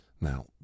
Now